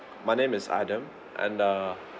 my name is adam and uh